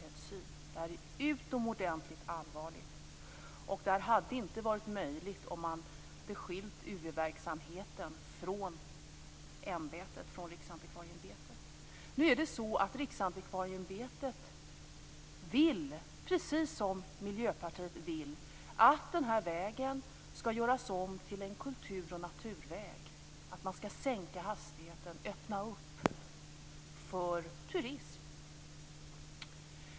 Det här är utomordentligt allvarligt, och det hade inte varit möjligt om man hade skilt UV-verksamheten från Nu är det så att Riksantikvarieämbetet, precis som Miljöpartiet, vill att den här vägen skall göras om till en kultur och naturväg, att man skall sänka hastigheten och öppna för turism.